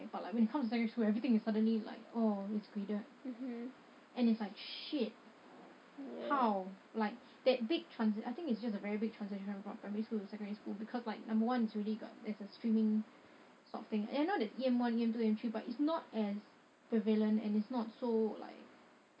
but like when you come to secondary school everything is suddenly like oh it's graded and it's like shit how like that big transit~ I think it's just a very big transitioning from primary school to secondary school because like number one there's already a streaming sort of thing and I know there's sort of a E_M one E_M two E_M three but it's not as prevalent and it's not so like